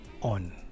on